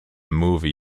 movie